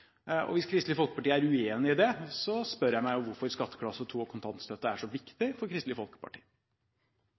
jobbe. Hvis Kristelig Folkeparti er uenig i det, spør jeg meg hvorfor skatteklasse 2 og kontantstøtte er så viktig for Kristelig Folkeparti.